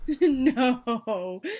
no